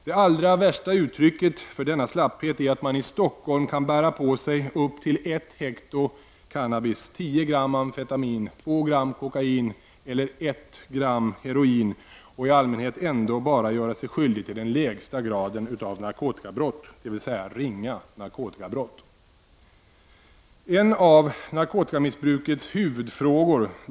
Det allra värsta uttrycket för denna slapphet är att man i Stockholm kan bära på sig upp till I hekto cannabis, 10 gram amfetamin, 2 gram kokain eller 1 gram heroin och i allmänhet ändå bara göra sig skyldig till den lägsta graden av narkotikabrott, dvs. ringa narkotikabrott.